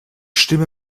stimme